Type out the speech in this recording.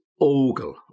Ogle